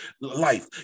life